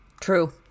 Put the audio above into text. True